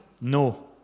No